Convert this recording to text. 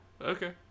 Okay